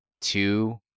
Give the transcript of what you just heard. two